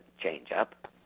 change-up